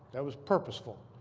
that was purposeful.